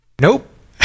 Nope